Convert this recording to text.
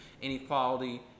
inequality